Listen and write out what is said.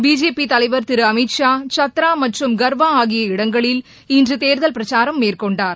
பிஜேபிதலைவர் திருஅமித் ஷா சத்ராமற்றும் கர்வாஆகிய இடங்களில் இன்றதேர்தல் பிரச்சாரம் மேற்கொண்டார்